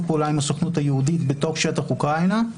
פעולה עם הסוכנות היהודית בתוך שטח אוקראינה.